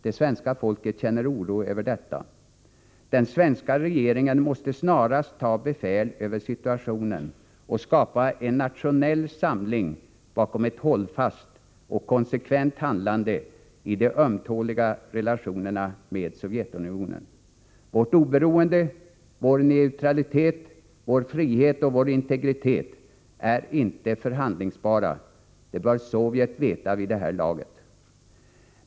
Det svenska folket känner oro över detta. Den svenska regeringen måste snarast ta befäl över situationen och skapa en nationell samling bakom ett hållfast och konsekvent handlande i de ömtåliga relationerna med Sovjetunionen. Vårt oberoende, vår neutralitet, vår frihet och vår integritet är inte förhandlingsbara; det bör Sovjet veta vid det här laget.